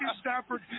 Stafford